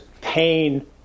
pain